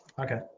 okay